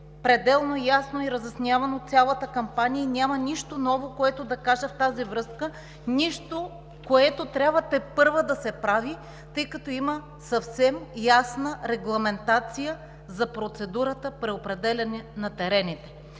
пределно ясно и разяснявано през цялата кампания. Няма нищо ново, което да кажа в тази връзка, нищо, което трябва тепърва да се прави, тъй като има съвсем ясна регламентация за процедурата при определяне на терените.